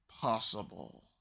possible